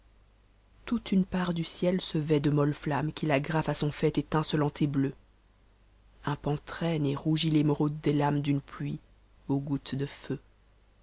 toute une part du ciel se vêt de molles gammes qu'il agrafe à son fatte ét nce ant et meu un pan traîne et rougit fémeraude des lames d'une pluie aux gouttes de feu